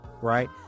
right